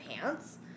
pants